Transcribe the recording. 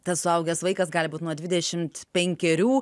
tas suaugęs vaikas gali būt nuo dvidešimt penkerių